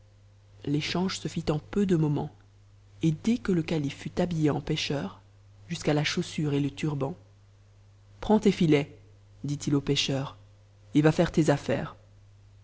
l'échange se fit en peu de moments et dès que le calife fut habillé en p cheur jusqu'à la chaussure et le turban prends tes siets dit-il m pêcheur et va faire tes affaires